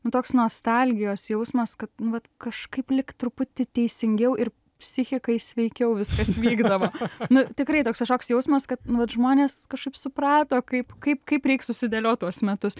nu toks nostalgijos jausmas kad nu vat kažkaip lyg truputį teisingiau ir psichikai sveikiau viskas vykdavo nu tikrai toks kažkoks jausmas kad nu vat žmonės kažkaip suprato kaip kaip kaip reik susidėliot tuos metus